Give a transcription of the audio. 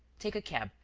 take a cab,